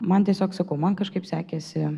man tiesiog sakau man kažkaip sekėsi